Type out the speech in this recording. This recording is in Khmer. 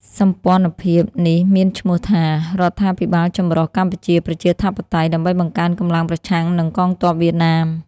សម្ព័ន្ធភាពនេះមានឈ្មោះថា «រដ្ឋាភិបាលចម្រុះកម្ពុជាប្រជាធិបតេយ្យ» ដើម្បីបង្កើនកម្លាំងប្រឆាំងនឹងកងទ័ពវៀតណាម។